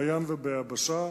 בים וביבשה.